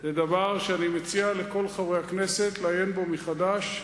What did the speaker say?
זה דבר שאני מציע לכל חברי הכנסת לעיין בו מחדש,